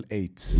eight